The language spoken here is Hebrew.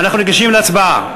אנחנו ניגשים להצבעה.